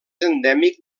endèmic